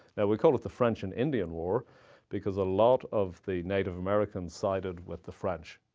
and we call it the french and indian war because a lot of the native americans sided with the french